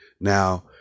Now